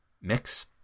mix